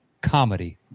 comedy